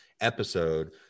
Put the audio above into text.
episode